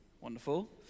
Wonderful